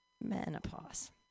menopause